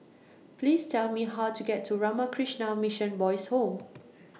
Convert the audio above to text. Please Tell Me How to get to Ramakrishna Mission Boys' Home